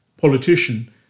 politician